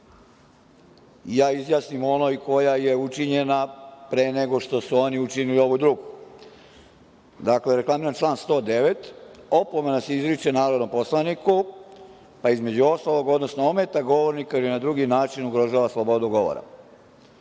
ja izjasnim o onoj koja je učinjena pre nego što su oni učinili ovu drugu. Dakle, reklamiram član 109. - opomena se izriče narodnom poslaniku, pa između ostalog, odnosno ometa govornika ili na drugi način ugrožava slobodu govora. Svi